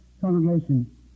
congregation